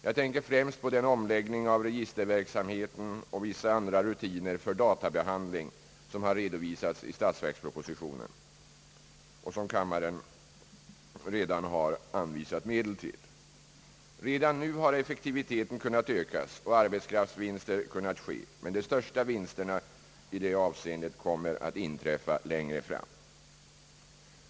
Jag tänker främst på den omläggning av registerverksamheten och vissa andra rutiner för databehandling, som har redovisats i statsverkspropositionen och som kammaren redan har anvisat medel till. Redan nu har effektiviteten kunnat ökas och en arbetskraftsvinst kunnat ske, men de största vinsterna i detta avseende kommer att inträffa längre fram.